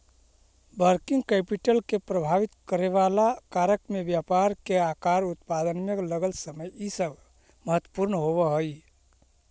working capital के प्रभावित करेवाला कारक में व्यापार के आकार, उत्पादन में लगल समय इ सब महत्वपूर्ण होव हई